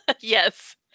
Yes